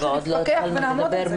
בעצם צריך להפעיל כוננות 24/7,